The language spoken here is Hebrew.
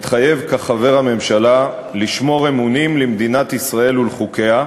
מתחייב כחבר הממשלה לשמור אמונים למדינת ישראל ולחוקיה,